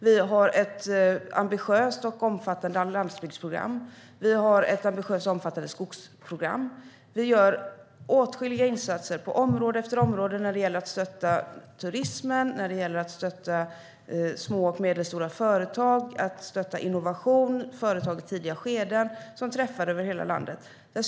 Vi har ett ambitiöst och omfattande landsbygdsprogram. Vi har ett ambitiöst och omfattande skogsprogram. Vi gör åtskilliga insatser på område efter område när det gäller att stötta turismen, små och medelstora företag, innovation och företag i tidiga skeden som träffar över hela landet.